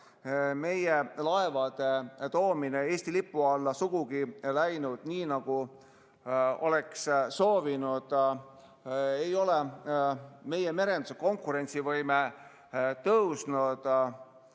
meie laevade toomine Eesti lipu alla sugugi läinud nii, nagu oleks soovinud. Ei ole meie merenduse konkurentsivõime tõusnud.